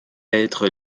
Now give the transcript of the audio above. être